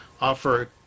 offer